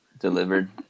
delivered